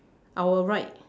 our right